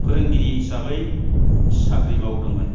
फोरोंगिरि हिसाबै साख्रि मावदोंमोन